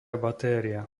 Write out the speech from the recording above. batéria